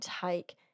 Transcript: take